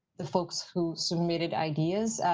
the folks who submitted ideas,